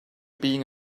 being